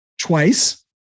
twice